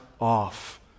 off